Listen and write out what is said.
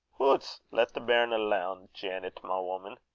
hoots! lat the bairn alane, janet, my woman.